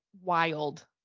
wild